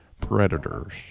predators